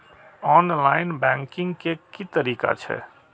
Online banking के की तरीका छै?